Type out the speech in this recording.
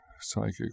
psychic